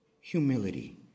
humility